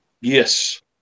Yes